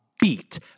beat